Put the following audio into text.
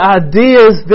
ideas